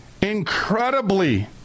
incredibly